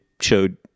showed